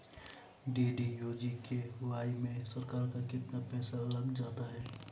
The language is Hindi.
डी.डी.यू जी.के.वाई में सरकार का कितना पैसा लग जाता है?